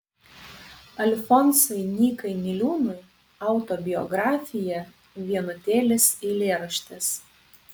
alfonsui nykai niliūnui autobiografija vienutėlis eilėraštis